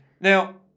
Now